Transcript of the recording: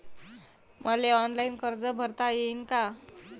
मले ऑनलाईन कर्ज भरता येईन का?